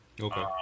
Okay